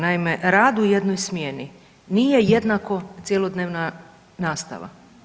Naime, rad u jednoj smjeni nije jednako cjelodnevna nastava.